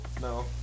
No